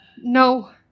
No